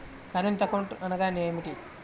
Current account అనగా ఏమిటి?